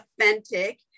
authentic